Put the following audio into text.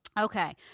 Okay